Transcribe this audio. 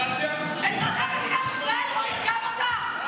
אזרחי מדינת ישראל רואים גם אותך,